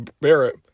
Barrett